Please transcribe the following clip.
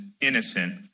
innocent